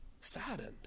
saddened